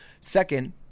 Second